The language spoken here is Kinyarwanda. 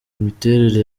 imiterere